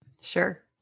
Sure